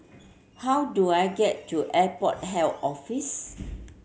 how do I get to Airport Health Office